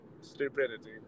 stupidity